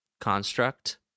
Construct